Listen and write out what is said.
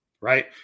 right